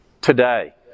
Today